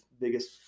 biggest